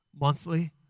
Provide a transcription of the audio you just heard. Monthly